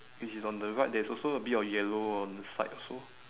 which is on the right there is also a bit of yellow on the side also